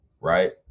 right